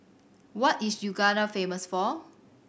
what is Uganda famous for